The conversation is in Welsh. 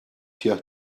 tua